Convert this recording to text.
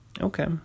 Okay